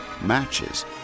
matches